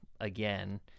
again